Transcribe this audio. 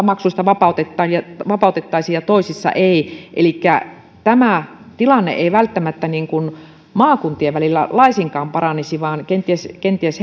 maksuista vapautettaisiin ja vapautettaisiin ja toisissa ei elikkä tämä tilanne ei välttämättä maakuntien välillä laisinkaan paranisi vaan kenties kenties